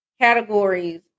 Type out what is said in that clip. categories